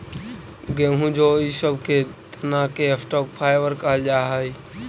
गेहूँ जौ इ सब के तना के स्टॉक फाइवर कहल जा हई